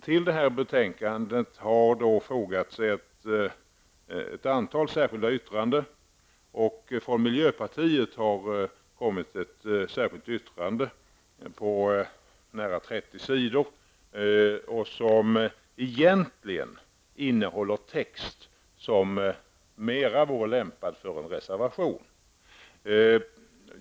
Till detta betänkande har fogats ett antal särskilda yttranden. Från miljöpartiet har lämnats ett särskilt yttrande på nära 30 sidor, som egentligen innehåller text som mer vore lämpad för en reservation.